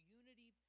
unity